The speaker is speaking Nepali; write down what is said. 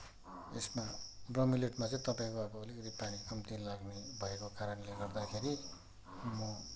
यसमा ब्रोमिलियडमा चाहिँ तपाईँको अब अलिकति पानी कम्ती लाग्ने भएको कारणले गर्दाखेरि म